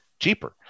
Cheaper